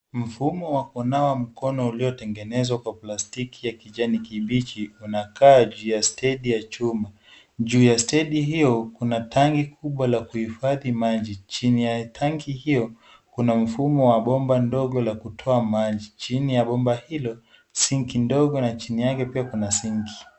Mfumo wa kunawa mikono uliotengenezwa kwa plastiki ya kijani kibichi unakaa juu ya stendi ya chuma. Juu ya stendi hiyo kuna tangi kubwa la kuhifadhi maji. Chini ya tangi hiyo kuna mfumo wa bomba ndogo la kutoa maji. Chini ya bomba hilo sink dogo na chini yake pia kuna sink .